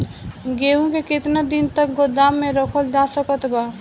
गेहूँ के केतना दिन तक गोदाम मे रखल जा सकत बा?